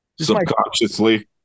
Subconsciously